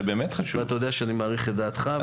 ואתה יודע שאני מעריך את דעתך,